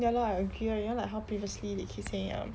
ya lor I agree lor you know previously they keep saying like